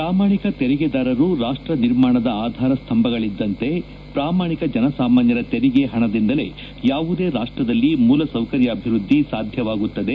ಪ್ರಾಮಾಣಿಕ ತೆರಿಗೆದಾರರು ರಾಷ್ವ ನಿರ್ಮಾಣದ ಆಧಾರ ಸ್ತಂಭಗಳದ್ದಂತೆ ಪ್ರಾಮಾಣಿಕ ಜನಸಾಮಾನ್ದರ ತೆರಿಗೆ ಹಣದಿಂದಲೇ ಯಾವುದೇ ರಾಷ್ಟದಲ್ಲಿ ಮೂಲಸೌಕರ್್ಯಭಿವೃದ್ದಿ ಸಾಧ್ಯವಾಗುತ್ತದೆ